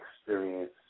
experience